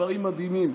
דברים מדהימים.